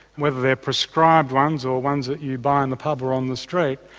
whether they're prescribed ones or ones that you buy in the pub or on the street,